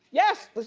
yes,